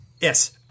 Yes